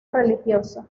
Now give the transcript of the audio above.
religioso